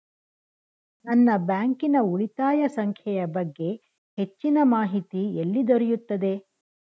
ನನ್ನ ಬ್ಯಾಂಕಿನ ಉಳಿತಾಯ ಸಂಖ್ಯೆಯ ಬಗ್ಗೆ ಹೆಚ್ಚಿನ ಮಾಹಿತಿ ಎಲ್ಲಿ ದೊರೆಯುತ್ತದೆ?